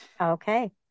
Okay